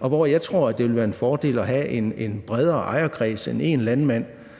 og jeg tror, at det ville være en fordel at have en bredere ejerkreds end én landmand.